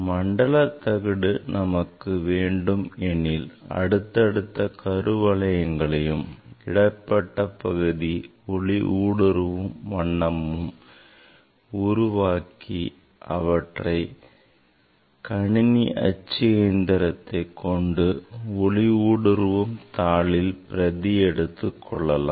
மண்டல தகடு நமக்கு வேண்டும் எனில் அடுத்தடுத்த கருவளையங்களையும் இடைபட்ட பகுதியை ஒளி ஊடுருவும் வண்ணமும் உருவாக்கி அவற்றை கணினி அச்சு எந்திரத்தை கொண்டு ஒளி ஊடுருவும் தாளில் பிரதி எடுத்துக் கொள்ளலாம்